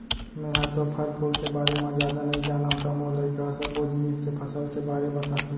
मेंहा तो फर फूल के बारे म जादा नइ जानव त मोर लइका ह सब्बो जिनिस के फसल के बारे बताथे